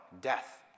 death